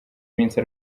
iminsi